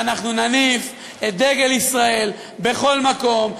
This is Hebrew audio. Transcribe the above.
ואנחנו נניף את דגל ישראל בכל מקום,